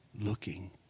looking